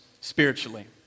spiritually